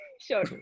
Sure